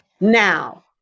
Now